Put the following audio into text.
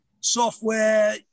software